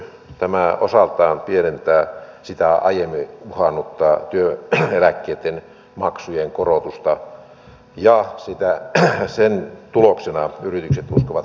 tämä osaltaan pienentää sitä aiemmin uhannutta työeläkkeitten maksujen korotusta ja sen tuloksena yritykset uskovat paremmin tulevaisuuteen